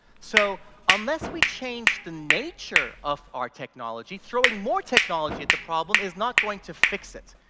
so unless we change the nature of our technology, throwing more technology at the problem is not going to fix it.